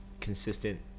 consistent